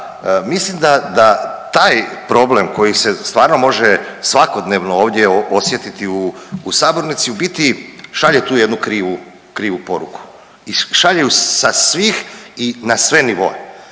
mislim da taj problem koji se stvarno može svakodnevno ovdje osjetiti u sabornici u biti šalje tu jednu krivu krivu poruku i šalju je sa svih i na sve nivoe